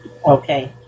Okay